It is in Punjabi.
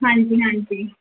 ਹਾਂਜੀ ਹਾਂਜੀ